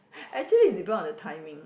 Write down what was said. actually is depend on the timing